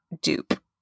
dupe